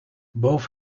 both